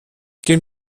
gehen